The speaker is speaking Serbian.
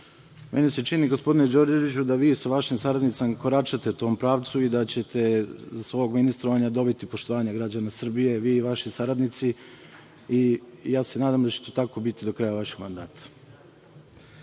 se čini gospodine Đorđeviću, da vi sa vašim saradnicima koračate u tom pravcu i da ćete za svog ministrovanja dobiti poštovanje građana Srbije, vi i vaši saradnici i ja se nadam da će to tako biti do kraja vašeg mandata. Naša